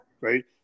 right